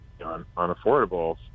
unaffordable